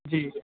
جی